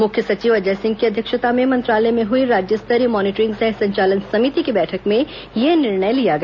मुख्य सचिव अजय सिंह की अध्यक्षता में मंत्रालय में हुई राज्य स्तरीय मॉनिटरिंग सह संचालन समिति की बैठक में यह निर्णय लिया गया